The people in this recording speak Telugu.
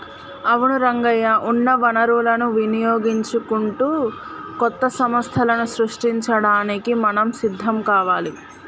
అవును రంగయ్య ఉన్న వనరులను వినియోగించుకుంటూ కొత్త సంస్థలను సృష్టించడానికి మనం సిద్ధం కావాలి